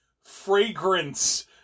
fragrance